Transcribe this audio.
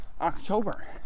October